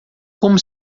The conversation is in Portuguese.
como